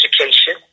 education